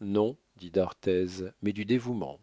non dit d'arthez mais du dévouement